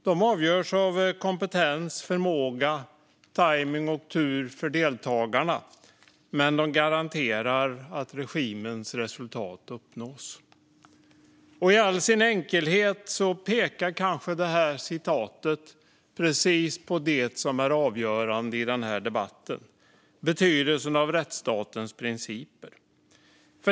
De avgörs av kompetens, förmåga, tajmning och tur för deltagarna, men de garanterar att regimens resultat uppnås. I all sin enkelhet pekar detta uttalande kanske precis på det som är avgörande i denna debatt, nämligen betydelsen av rättsstatens principer.